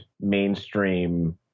mainstream